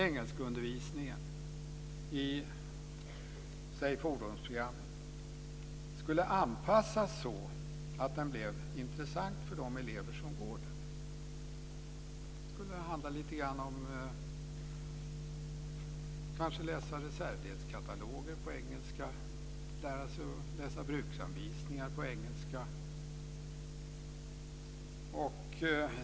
Engelskundervisningen i säg fordonsprogrammet skulle anpassas så att den blev intressant för de elever som går där. Det skulle handla lite grann om att kanske läsa reservdelskataloger på engelska, lära sig läsa bruksanvisningar på engelska.